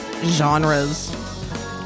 genres